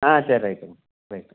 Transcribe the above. ஆ சரி ரைட்டுங்க ரைட்டு